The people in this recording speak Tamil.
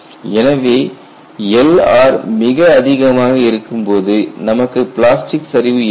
எனவே Lr மிக அதிகமாக இருக்கும்போது நமக்கு பிளாஸ்டிக் சரிவு ஏற்படும்